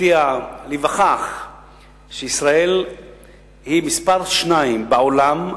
מפתיע להיווכח שישראל היא מספר שתיים בעולם,